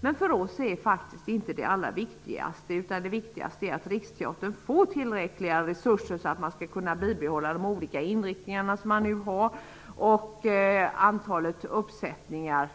Men för oss är det allra viktigaste inte detta, utan det viktigaste är att Riksteatern får tillräckliga resurser så att man skall kunna bibehålla de olika inriktningar som man nu har, och så att antalet uppsättningar